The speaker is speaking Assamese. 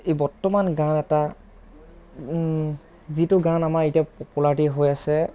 এই বৰ্তমান গান এটা যিটো গান আমাৰ এতিয়া পপুলাৰিটী হৈ আছে